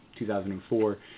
2004